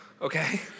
okay